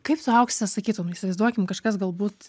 kaip tu aukse sakytum įsivaizduokim kažkas galbūt